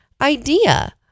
idea